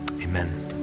amen